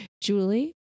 Julie